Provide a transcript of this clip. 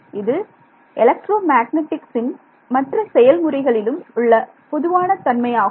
இது எலக்ட்ரோ மேக்னடிக்சின் மற்ற செயல் முறைகளிலும் உள்ள பொதுவான தன்மையாகும்